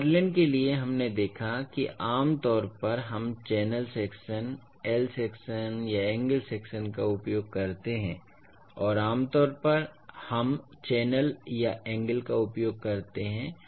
तो पुर्लिन्स के लिए हमने देखा है कि आम तौर पर हम चैनल सेक्शन I सेक्शन या एंगल सेक्शन का उपयोग करते हैं और आमतौर पर हम चैनल या एंगल का उपयोग करते हैं